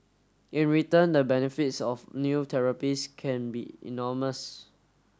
in return the benefits of new therapies can be enormous